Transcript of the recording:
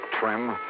trim